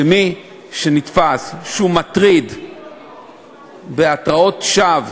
שמי שנתפס שהוא מטריד בהתרעות שווא